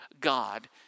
God